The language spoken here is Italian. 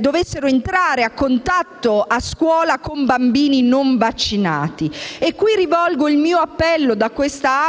dovessero entrare in contatto, a scuola, con bambini non vaccinati. E qui rivolgo il mio appello, da quest'Aula,